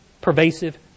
pervasive